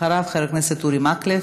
אחריו, חבר הכנסת אורי מקלב,